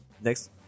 Next